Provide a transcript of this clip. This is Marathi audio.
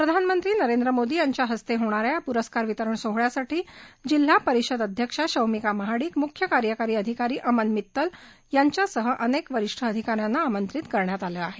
प्रधानमंत्री नरेंद्र मोदी यांच्या हस्ते होणाऱ्या या पुरस्कार वितरण सोहळ्यासाठी जिल्हा परिषद अध्यक्षा शौमिका महाडिक मुख्य कार्यकारी अधिकारी अमन मित्तल यांच्यासह अनेक वरिष्ठ अधिकाऱ्यांना निमंत्रित करण्यात आलं आहे